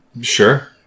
Sure